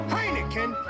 Heineken